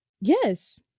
Yes